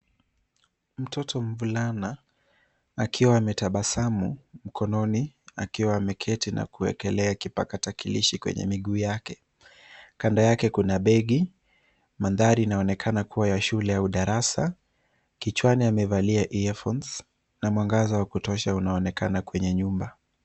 Mtoto mvulana akiwa ametabasamu mkononi akiwa ameketi na kuwekelea kipakatakilishi kwenye miguu yake. Kando yake kuna begi . Mandhari inaonekana kuwa ya shule au darasa, kichwani amevalia earphones na mwangaza wa kutosha unaonekana kwenye nyumba.